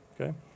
Okay